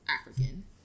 African